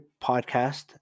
podcast